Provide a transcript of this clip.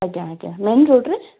ଆଜ୍ଞା ଆଜ୍ଞା ମେନ୍ ରୋଡ଼୍ରେ